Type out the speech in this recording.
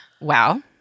wow